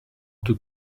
tous